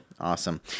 awesome